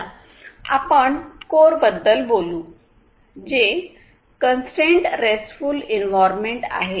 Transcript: चला आपण कोर बद्दल बोलू जे कंसट्रेंट रेस्टफुल इन्व्हरमेंट आहे